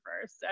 first